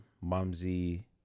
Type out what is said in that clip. Mumsy